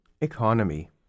Economy